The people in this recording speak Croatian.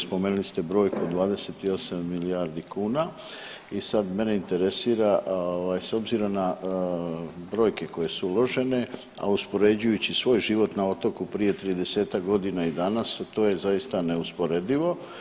Spomenuli ste brojku od 28 milijardi kuna i sad mene interesira s obzirom na brojke koje su uložene, a uspoređujući svoj život na otoku prije 30-ak godina i danas to je zaista neusporedivo.